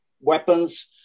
weapons